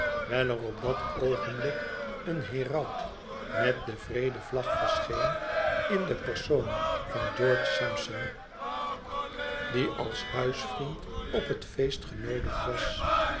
wijl er op dat oogenblik een heraut met de vredevlag verscheen in den persoon van george sampson die als huisvriend op het feest genoodigd was